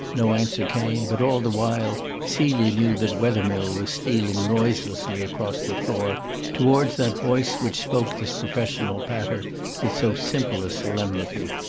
no answer came, but all the while celia knew that wethermill was stealing noiselessly across the floor towards that voice which spoke this professional patter with so simple a solemnity.